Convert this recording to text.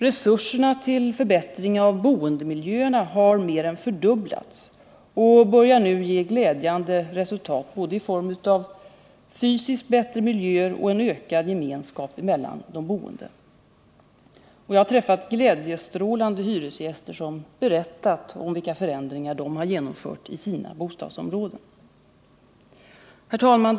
Resurserna till förbättring av boendemiljöerna har mer än fördubblats och börjar nu ge glädjande resultat, både i form av fysiskt bättre miljöer och i form av en ökad gemenskap mellan de boende. Jag har träffat glädjestrålande hyresgäster som har berättat om vilka förändringar de har genomfört i sina bostadsområden. Herr talman!